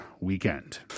weekend